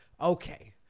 Okay